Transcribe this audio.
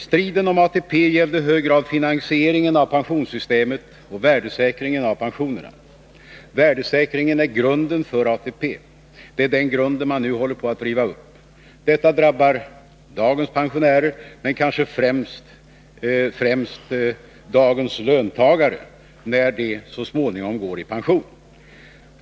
Striden om ATP gällde i hög grad finansieringen av pensionssystemet och värdesäkringen av pensionerna. Värdesäkringen är grunden för ATP. Det är den grunden man nu håller på att riva upp. Detta drabbar dagens pensionärer men kanske främst dagens löntagare när de så småningom går i pension.